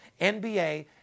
NBA